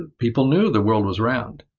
and people knew the world was round.